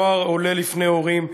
נוער עולה לפני הורים,